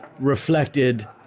reflected